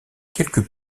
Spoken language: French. quelques